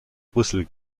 brüssel